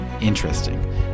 interesting